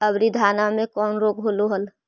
अबरि धाना मे कौन रोग हलो हल?